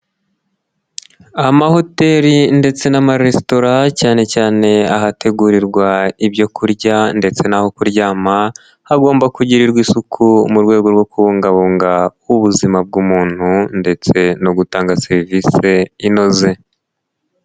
Amahoteli ndetse n'amaresitora cyane cyane ahategurirwa ibyo kurya ndetse naho kuryama hagomba kugirirwa isuku mu rwego rwo kubungabunga ubuzima bw'umuntu ndetse no gutanga serivise inoze.